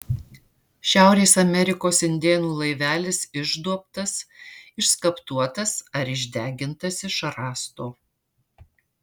šiaurės amerikos indėnų laivelis išduobtas išskaptuotas ar išdegintas iš rąsto